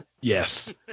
Yes